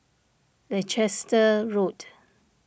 Leicester Road